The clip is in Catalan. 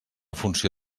funció